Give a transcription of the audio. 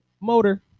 motor